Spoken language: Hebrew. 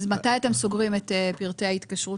אז מתי אתם סוגרים את פרטי ההתקשרות?